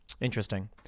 Interesting